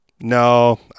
no